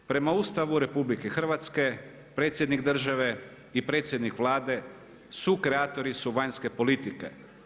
Prema Ustavu Republike Hrvatske predsjednik države i predsjednik Vlade sukreatori su vanjske politike.